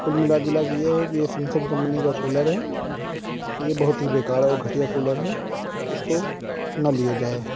کل ملا جلا کے یہ ہے کہ یہ سیمسنگ کمپنی کا کولر ہے یہ بہت ہی بےکار اور گھٹیا کولر ہے اس کو نہ لیا جائے